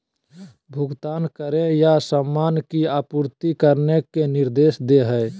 भुगतान करे या सामान की आपूर्ति करने के निर्देश दे हइ